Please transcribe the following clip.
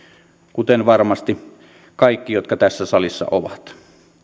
kuten varmasti kaikki jotka tässä salissa ovat